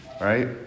right